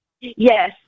Yes